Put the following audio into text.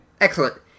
Excellent